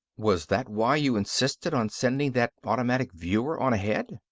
was that why you insisted on sending that automatic viewer on ahead?